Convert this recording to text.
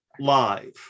live